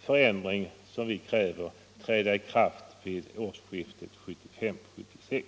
förändring vi kräver träda i kraft vid årsskiftet 1975-1976.